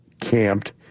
camped